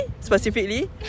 Specifically